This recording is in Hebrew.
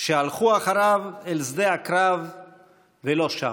שהלכו אחריו אל שדה הקרב ולא שבו.